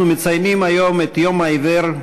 אנחנו מציינים היום את יום העיוור,